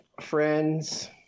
friends